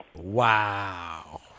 Wow